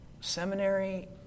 seminary